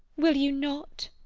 will you not?